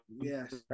Yes